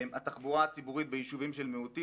התחבורה הציבורית ביישובים של מיעוטים